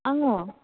आङो